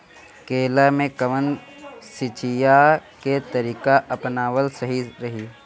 केला में कवन सिचीया के तरिका अपनावल सही रही?